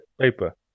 paper